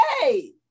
Hey